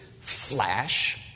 flash